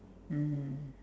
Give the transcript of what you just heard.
mmhmm